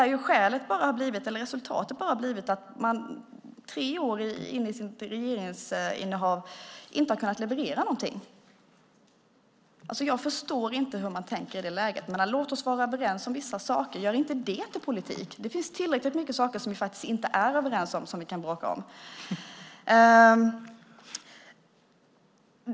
Resultatet har bara blivit att man tre år in i sitt regeringsinnehav inte har kunnat leverera någonting. Jag förstår inte hur man tänker i det läget. Låt oss vara överens om vissa saker, men gör inte det till politik! Det finns tillräckligt mycket som vi faktiskt inte är överens om som vi kan bråka om.